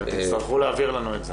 אתם תצטרכו להעביר לנו את זה.